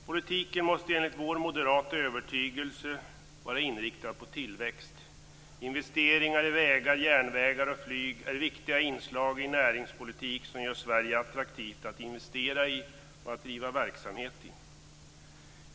Politiken måste enligt vår moderata övertygelse vara inriktad på tillväxt. Investeringar i vägar, järnvägar och flyg är viktiga inslag i en näringspolitik som gör Sverige attraktivt att investera i och att driva verksamhet i.